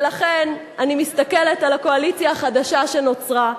ולכן אני מסתכלת על הקואליציה החדשה שנוצרה,